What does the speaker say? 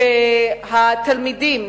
שהתלמידים,